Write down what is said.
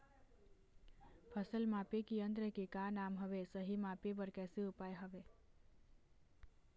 फसल मापे के यन्त्र के का नाम हवे, सही मापे बार कैसे उपाय हवे?